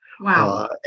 Wow